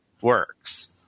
works